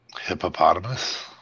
Hippopotamus